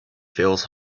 feels